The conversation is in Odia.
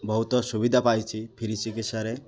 ବହୁତ ସୁବିଧା ପାଇଛି ଫ୍ରି ଚିକିତ୍ସାରେ